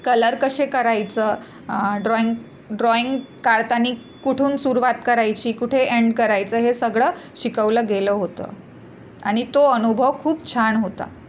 colour कसे करायचं drawing drawing काढताना कुठून सुरुवात करायची कुठे एंड करायचं हे सगळं शिकवलं गेलं होतं आणि तो अनुभव खूप छान होता